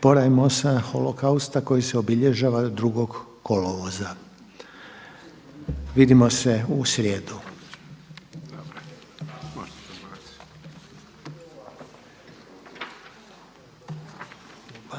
Porajmosa/Holokausta koji se obilježava 2. kolovoza.“ Vidimo se u srijedu.